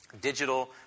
digital